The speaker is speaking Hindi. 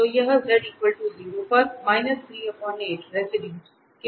तो यह z 0 पर रेसिडुए के रूप में आ रहा है